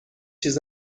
چیز